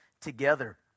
together